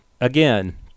Again